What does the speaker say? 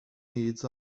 needs